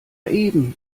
eben